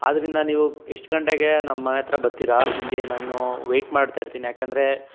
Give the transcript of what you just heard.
ಆದ್ದರಿಂದ ನೀವು ಎಷ್ಟು ಗಂಟೆಗೆ ನಮ್ಮನೆ ಹತ್ರ ಬರ್ತೀರಾ ಇಲ್ಲಿ ನಾನು ವೈಟ್ ಮಾಡ್ತಾಯಿರ್ತೀನಿ ಏಕೆಂದರೆ